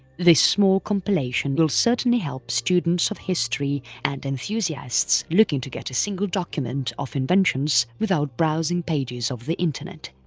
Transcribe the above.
this small compilation will certainly help students of history and enthusiasts looking to get a single document of inventions without browsing pages over the internet.